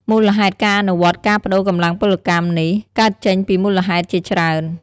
មូលហេតុការអនុវត្តការប្តូរកម្លាំងពលកម្មនេះកើតចេញពីមូលហេតុជាច្រើន